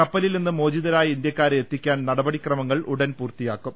കപ്പലിൽ നിന്ന് മോചിതരായ ഇന്ത്യ ക്കാരെ എത്തിക്കാൻ നടപടി ക്രമങ്ങൾ ഉടൻ പൂർത്തിയാക്കും